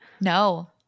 No